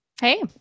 Hey